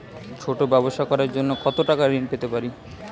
ছোট ব্যাবসা করার জন্য কতো টাকা ঋন পেতে পারি?